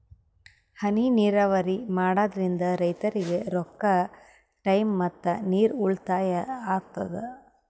ಹನಿ ನೀರಾವರಿ ಮಾಡಾದ್ರಿಂದ್ ರೈತರಿಗ್ ರೊಕ್ಕಾ ಟೈಮ್ ಮತ್ತ ನೀರ್ ಉಳ್ತಾಯಾ ಆಗ್ತದಾ